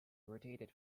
graduated